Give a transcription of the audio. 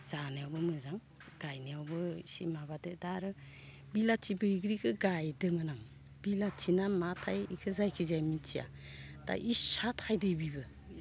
जानायावबो मोजां गायनायावबो इसे माबादो दा आरो बिलाथि बैग्रिखो गायदोमोन आं बिलाथिना माथाय इखो जायखिजाया मिथिया दा इसा थाइदो बेबो